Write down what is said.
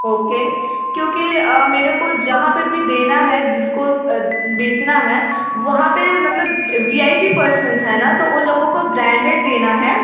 okay क्योंकि मुझे जहाँ पर भी देना है जिसको बेचना है वहाँ पर मतलब वी आई पी पर्सन्स हैं ना तो उन लोगों को ब्रैंडेड देना है